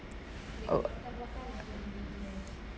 oh